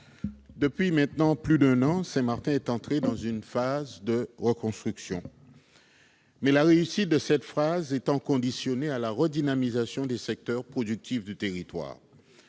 Depuis maintenant plus d'un an, l'île de Saint-Martin est entrée dans une phase de reconstruction. La réussite de cette phase étant conditionnée à la redynamisation des secteurs productifs du territoire,